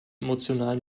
emotional